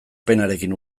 penarekin